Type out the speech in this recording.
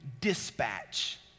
dispatch